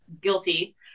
guilty